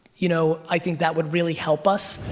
you know i think that would really help us.